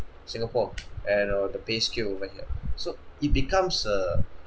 singapore and uh the pay scale over here so it becomes a